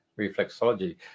reflexology